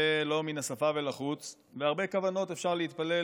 לא מן השפה ולחוץ, והרבה כוונות אפשר להתפלל